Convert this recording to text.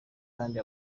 kandi